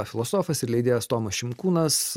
filosofas ir leidėjas tomas šimkūnas